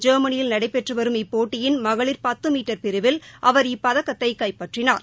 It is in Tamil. ஜோமனியில் நடைபெற்று வரும் இப்போட்டியின் மகளிர் பத்து மீட்டர் பிரிவில் அவர் இப்பதக்கத்தை கைப்பற்றினார்